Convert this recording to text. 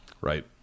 Right